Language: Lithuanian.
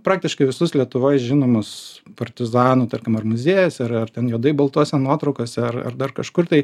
praktiškai visus lietuvoj žinomus partizanų tarkim ar muziejuose ar ar ten juodai baltose nuotraukose ar ar dar kažkur tai